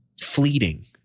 fleeting